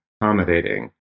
accommodating